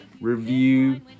review